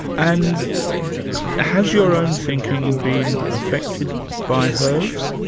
and has your own thinking been affected by hers?